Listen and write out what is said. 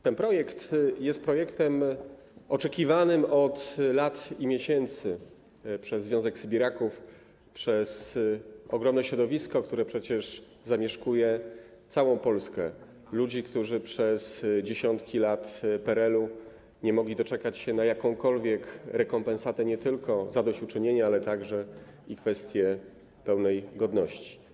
Ten projekt jest oczekiwany od lat i miesięcy przez Związek Sybiraków, przez ogromne środowisko, które zamieszkuje przecież całą Polskę, ludzi, którzy przez dziesiątki lat PRL nie mogli doczekać się na jakąkolwiek rekompensatę, chodzi nie tylko o zadośćuczynienie, ale także o kwestię pełnej godności.